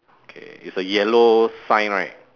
okay is a yellow sign right